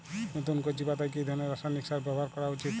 নতুন কচি পাতায় কি ধরণের রাসায়নিক সার ব্যবহার করা উচিৎ?